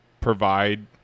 provide